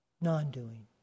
Non-doing